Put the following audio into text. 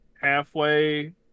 halfway